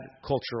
cultural